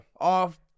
off